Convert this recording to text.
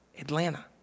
Atlanta